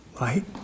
right